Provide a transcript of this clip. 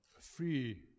free